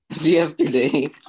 yesterday